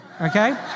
okay